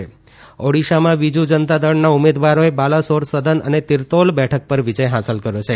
ચુંટણી રાજય ઓડીશામાં બીજુ જનતા દળના ઉમેદવારોએ બાલાસોર સદન અને તિરતોલ બેઠક પર વિજય હાંસલ કર્યો છે